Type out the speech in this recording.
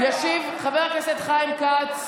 ישיב חבר הכנסת חיים כץ,